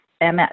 MS